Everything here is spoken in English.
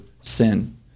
sin